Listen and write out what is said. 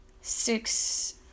six